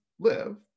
live